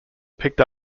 picked